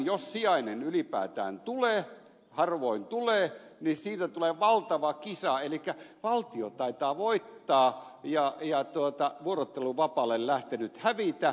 jos sijainen ylipäätään tulee harvoin tulee niin siitä tulee valtava kisa elikkä valtio taitaa voittaa ja vuorotteluvapaalle lähtenyt hävitä